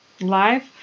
live